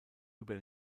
über